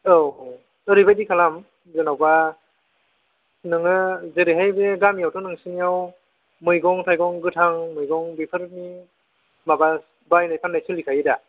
औ ओरैबायदि खालाम जेन'बा नोंङो जेरैहाय गामियावथ' बे नोंसिनिआव मैगं थाइगं गोथां मैगं बेफोरनि माबा बायनाय फाननाय सोलिखायोदा